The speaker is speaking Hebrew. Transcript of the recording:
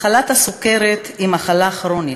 מחלת הסוכרת היא מחלה כרונית,